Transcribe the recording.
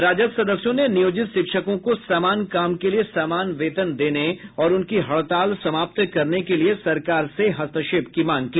राजद सदस्यों ने नियोजित शिक्षकों को समान काम के लिये समान वेतन देने और उनकी हड़ताल समाप्त करने के लिये सरकार से हस्तक्षेप की मांग की